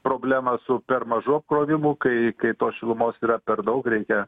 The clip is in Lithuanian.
problemą su per mažu apkrovimu kai kai tos šilumos yra per daug reikia